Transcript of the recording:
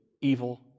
evil